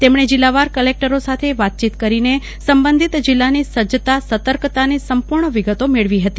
તેમણે જિલ્લાવાર કલેકટરો સાથે વાતચીત કરીને સંબંધિત જિલ્લાની સજ્જતા સતર્કતાની સંપૂર્ણ વિગતો મેળવી હતી